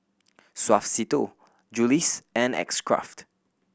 Suavecito Julie's and X Craft